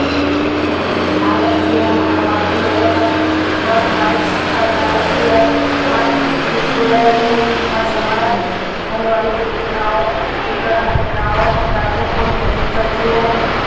ध्यान रखती है हमार हम लोगों का और हमारे क्षेत्र का ध्यान रखती है हमारी यू पी पुलिस जो है वो हर समय होने वाली दुर्घटनाओं घटनाओं अपराधों को नियंत्रित करती है